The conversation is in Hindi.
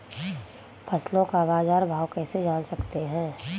फसलों का बाज़ार भाव कैसे जान सकते हैं?